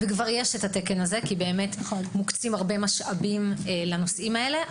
וכבר יש את התקן הזה כי באמת מוקצים הרבה משאבים לנושאים האלה,